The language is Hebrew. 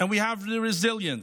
We have the resilience.